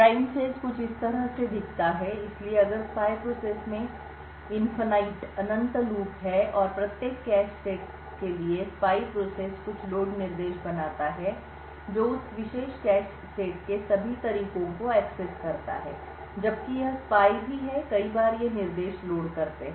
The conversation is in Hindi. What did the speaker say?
प्राइम फेज कुछ इस तरह दिखता है इसलिए अगर स्पाई प्रोसेस में अनंत लूप है और प्रत्येक कैशे सेट के लिए स्पाई प्रोसेस कुछ लोड निर्देश बनाता है जो उस विशेष कैश सेट के सभी तरीकों को एक्सेस करता है जबकि यह स्पाई भी है कई बार ये निर्देश लोड करते हैं